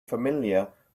familiar